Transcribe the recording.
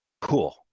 Cool